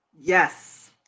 Yes